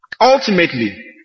Ultimately